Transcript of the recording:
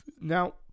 Now